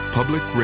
Public